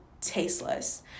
tasteless